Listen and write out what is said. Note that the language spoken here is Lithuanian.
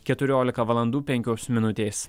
keturiolika valandų penkios minutės